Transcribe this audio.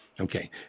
Okay